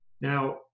Now